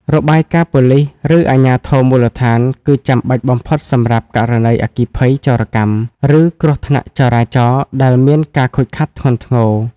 របាយការណ៍ប៉ូលីស ឬអាជ្ញាធរមូលដ្ឋាន គឺចាំបាច់បំផុតសម្រាប់ករណីអគ្គិភ័យ ចោរកម្ម ឬគ្រោះថ្នាក់ចរាចរណ៍ដែលមានការខូចខាតធ្ងន់ធ្ងរ។